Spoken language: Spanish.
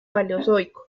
paleozoico